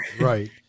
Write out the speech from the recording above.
Right